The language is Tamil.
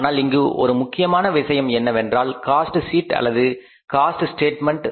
ஆனால் இங்கு ஒரு முக்கியமான விஷயம் என்னவென்றால் காஸ்ட் ஷீட் அல்லது காஸ்ட் ஸ்டேட்மெண்ட்